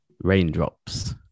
raindrops